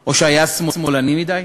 או שהיה שמאלני מדי.